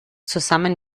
zusammen